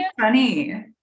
funny